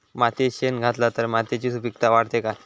मातयेत शेण घातला तर मातयेची सुपीकता वाढते काय?